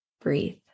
breathe